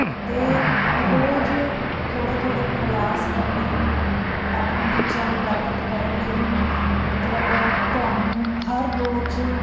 ਅਤੇ ਰੋਜ਼ ਥੋੜ੍ਹੇ ਥੋੜ੍ਹੇ ਪਰਿਆਸ ਕਰਨੇ ਆਪਣੇ ਟੀਚਿਆਂ ਨੂੰ ਪ੍ਰਾਪਤ ਕਰਨ ਲਈ ਮਤਲਬ ਤੁਹਾਨੂੰ ਹਰ ਰੋਜ਼